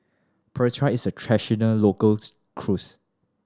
Pretzel is a local cuisine